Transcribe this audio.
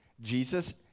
Jesus